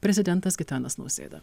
prezidentas gitanas nausėda